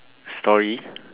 story